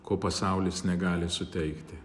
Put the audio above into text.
ko pasaulis negali suteikti